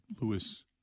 Lewis